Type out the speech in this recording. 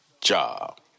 job